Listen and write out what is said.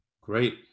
Great